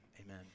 Amen